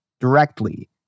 directly